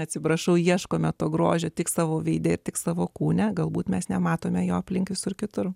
atsiprašau ieškome to grožio tik savo veide ir tik savo kūne galbūt mes nematome jo aplink visur kitur